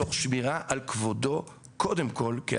תוך שמירה על כבודו כאדם.